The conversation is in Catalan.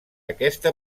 aquesta